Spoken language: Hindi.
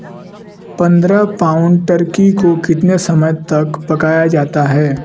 पंद्रह पाउंड टर्की को कितने समय तक पकाया जाता है